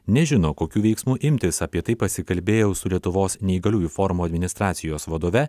nežino kokių veiksmų imtis apie tai pasikalbėjau su lietuvos neįgaliųjų forumo administracijos vadove